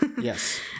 Yes